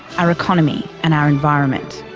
our economy and our environment.